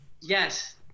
Yes